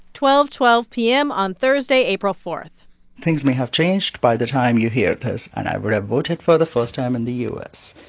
twelve twelve p m, on thursday, april four point things may have changed by the time you hear this, and i will have voted for the first time in the u s.